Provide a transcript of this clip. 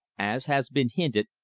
as has been hinted,